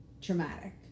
traumatic